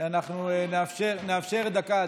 אנחנו נאפשר דקה.